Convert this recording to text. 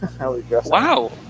Wow